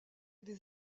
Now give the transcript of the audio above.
des